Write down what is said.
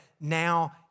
now